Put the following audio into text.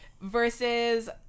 versus